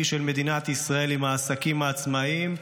של מדינת ישראל עם העסקים העצמאים.